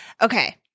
okay